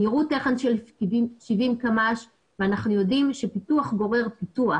מהירות של 70 קמ"ש ואנחנו יודעים שפיתוח גורר פיתוח.